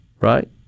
right